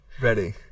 Ready